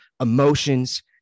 emotions